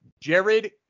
Jared